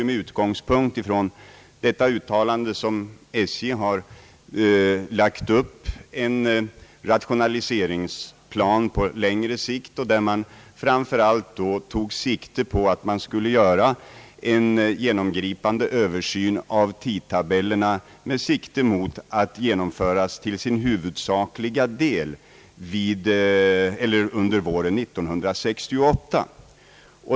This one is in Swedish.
Med utgångspunkt från detta uttalande har SJ lagt upp en rationaliseringsplan på längre sikt, som bl.a. innebar att man framför allt tog sikte på att göra en genomgripande översyn av tidtabellerna som skulle genomföras till sin huvudsakliga del under våren 1968.